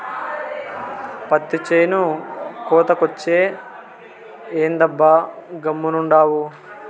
పత్తి చేను కోతకొచ్చే, ఏందబ్బా గమ్మునుండావు